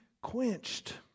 quenched